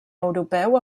europeu